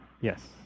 Yes